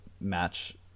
match